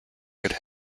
could